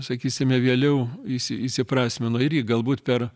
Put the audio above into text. sakysime vėliau įsi įsiprasmino irgi galbūt per